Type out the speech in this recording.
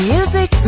Music